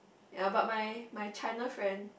ye but my my China friend